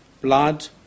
blood